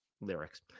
lyrics